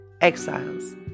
Exiles